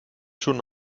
schon